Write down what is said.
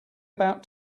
about